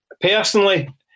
personally